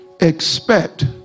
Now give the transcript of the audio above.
Expect